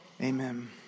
Amen